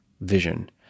vision